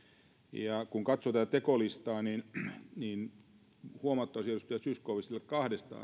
ja kun katsoo tätä tekolistaa niin niin huomauttaisin edustaja zyskowiczia kahdesta